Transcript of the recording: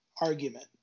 argument